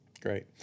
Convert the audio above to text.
Great